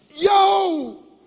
Yo